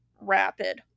rapid